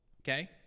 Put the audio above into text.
okay